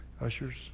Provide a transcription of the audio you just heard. Ushers